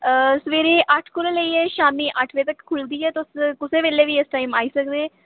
सबेरे अट्ठ बजे कोला लेइये शामी अट्ठ बजे तक्कर खुलदी ऐ तुस कुसे बेल्लै बी इस टाइम आई सकदे ओ